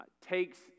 takes